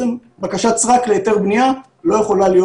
בעצם בקשת סרק להיתר בנייה לא יכולה להיות